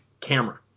camera